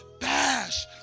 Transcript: bash